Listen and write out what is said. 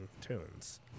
tunes